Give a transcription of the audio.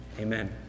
Amen